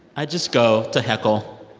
i'd just go to heckle